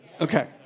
Okay